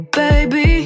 baby